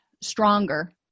stronger